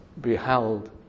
beheld